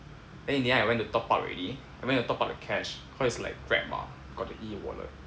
then in the end I went to top up already I went to top up the cash cause it's like Grab mah got the E-wallet